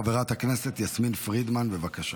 חברת הכנסת יסמין פרידמן, בבקשה.